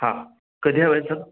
हां कधी हवंय सर